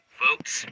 folks